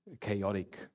chaotic